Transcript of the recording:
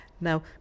Now